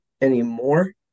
anymore